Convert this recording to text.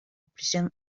prisión